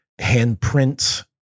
handprints